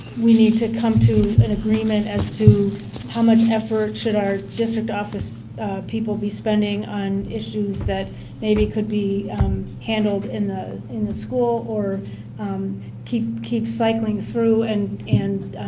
we need to come to an agreement as to how much effort should our district office people be spending on issues that maybe could be handled in the in the school or um keep keep cycling through and and